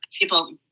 People